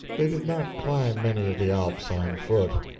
they did not climb many of the alps on foot.